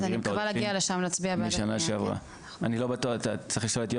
אז אני מקווה להגיע לשם ולהצביע בעד העניין.